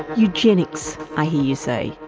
eugenics, i hear you say.